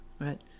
Right